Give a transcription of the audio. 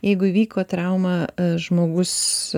jeigu įvyko trauma žmogus